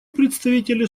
представителя